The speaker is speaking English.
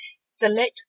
Select